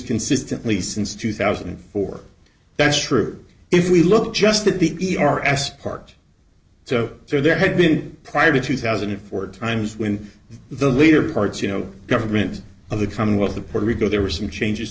consistently since two thousand and four that's true if we look just at the e r as part so there had been prior to two thousand and four times when the leader part you know government of the commonwealth of puerto rico there were some changes